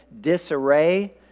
disarray